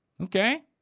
Okay